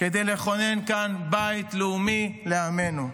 כדי לכונן כאן בית לאומי לעמנו.